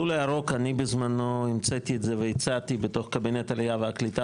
בארבע עיניים, אחר כך.